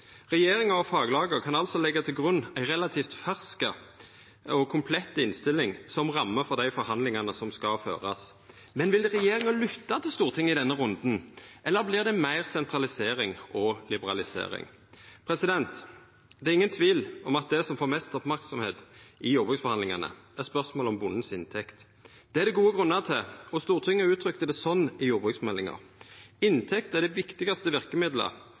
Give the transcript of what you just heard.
faglaga kan altså leggja til grunn ei relativt fersk og komplett innstilling som ramme for dei forhandlingane som skal førast. Men vil regjeringa lytta til Stortinget i denne runden – eller vert det meir sentralisering og liberalisering? Det er ingen tvil om at det som får mest merksemd i jordbruksforhandlingane, er spørsmålet om bondens inntekt. Det er det gode grunnar til, og Stortinget uttrykte det slik i samband med jordbruksmeldinga: «Inntekt er det